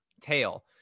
tail